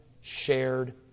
shared